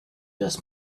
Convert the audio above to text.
does